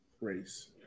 race